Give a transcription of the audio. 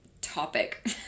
topic